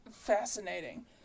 Fascinating